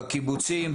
בקיבוצים,